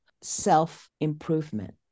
self-improvement